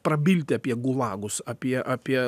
prabilti apie gulagus apie apie